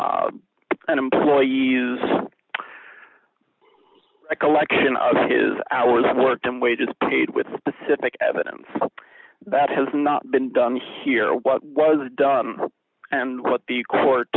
put an employee use a collection of his hours of work in wages paid with specific evidence that has not been done here what was done and what the court